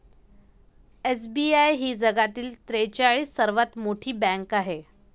SBI ही जगातील त्रेचाळीस सर्वात मोठी बँक आहे